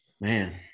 Man